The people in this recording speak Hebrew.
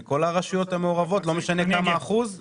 זה לכל הרשויות המעורבות, לא משנה מה האחוז?